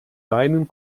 deinen